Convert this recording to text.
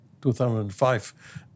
2005